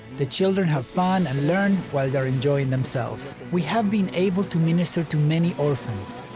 the children have fun and learn while they're enjoying themselves. we have been able to minister to many orphans,